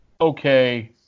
okay